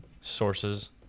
sources